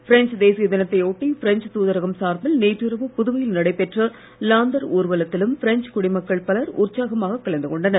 French தேசிய தினத்தையொட்டி French தூதரகம் சார்பில் நேற்று இரவு புதுவையில் நடைபெற்ற லாந்தர் ஊர்வலத்திலும் பிரெஞ்சுக் குடிமக்கள் பலர் உற்சாகமாக கலந்து கொண்டனர்